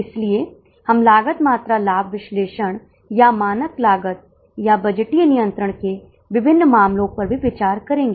इसलिए ऋषि प्रशला में कुल 160 छात्र हैं और वे भीमशंकर के लिए पिकनिक पर जाने का प्रस्ताव कर रहे हैं